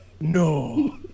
No